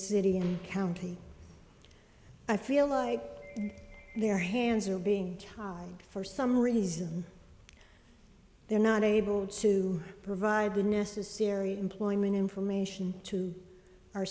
city and county i feel like their hands are being for some reason they're not able to provide the necessary employment information to our